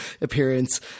appearance